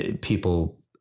People